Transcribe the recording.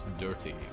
dirty